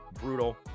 brutal